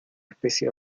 especie